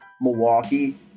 milwaukee